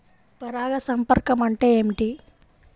పరాగ సంపర్కం అంటే ఏమిటి?